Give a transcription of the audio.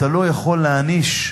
אתה לא יכול להעניש,